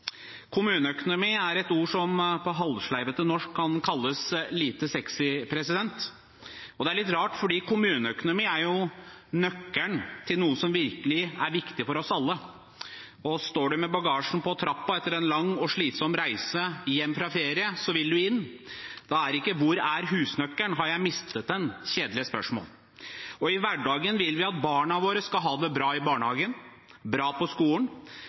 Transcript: Kommuneøkonomi er et ord som på halvsleivete norsk kan kalles lite sexy, og det er litt rart, for kommuneøkonomi er jo nøkkelen til noe som virkelig er viktig for oss alle. Står du med bagasjen på trappa etter en lang og slitsom reise hjem fra ferie, vil du inn. Da er ikke «Hvor er husnøkkelen, har jeg mistet den?» et kjedelig spørsmål. I hverdagen vil vi at barna våre skal ha det bra i barnehagen og bra på skolen.